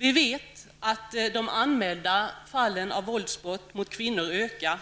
Vi vet att antalet anmälda fall av våldsbrott mot kvinnor ökar,